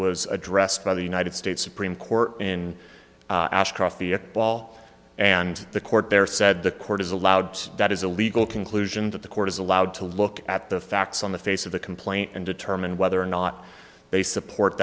was addressed by the united states supreme court in ashcroft's the ball and the court there said the court is allowed that is a legal conclusion that the court is allowed to look at the facts on the face of the complaint and determine whether or not they support